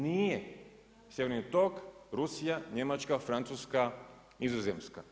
Nije, sjeverni tok, Rusija, Njemačka, Francuska, Nizozemska.